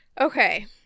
Okay